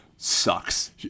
Sucks